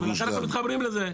ולכן אנחנו מתחברים לזה.